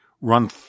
run